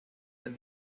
del